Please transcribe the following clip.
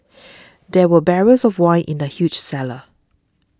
there were barrels of wine in the huge cellar